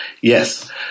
Yes